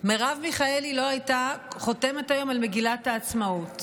מרב מיכאלי לא הייתה חותמת היום על מגילת העצמאות,